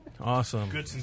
Awesome